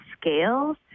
scales